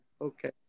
Okay